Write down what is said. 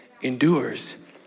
endures